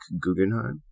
Guggenheim